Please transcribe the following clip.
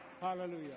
hallelujah